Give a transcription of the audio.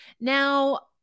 Now